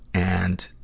and,